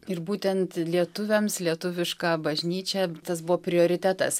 ir būtent lietuviams lietuvišką bažnyčią tas buvo prioritetas